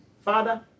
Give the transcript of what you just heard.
Father